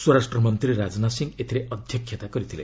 ସ୍ୱରାଷ୍ଟ୍ର ମନ୍ତ୍ରୀ ରାଜନାଥ ସିଂ ଏଥିରେ ଅଧ୍ୟକ୍ଷତା କରିଥିଲେ